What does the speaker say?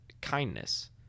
kindness